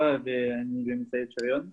השירות הצבאי.